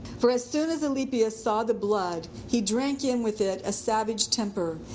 for, as soon as alypius saw the blood, he drank in with it a savage temper,